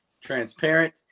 transparent